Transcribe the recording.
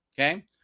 okay